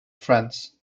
friends